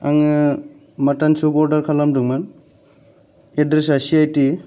आङो mutton soup order खालामदोंमोन एड्रेसा सि आइ टि